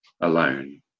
alone